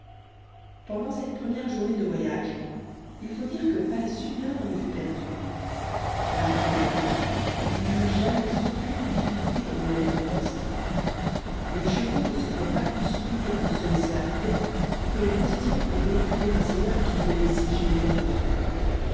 pendant cette première journée de voyage il faut dire que pas une heure ne fut perdue l'argent aidant il n'y eut jamais aucune difficulté aux relais de poste les chevaux ne se firent pas plus prier pour se laisser atteler que les postillons pour véhiculer un seigneur qui payait si généreusement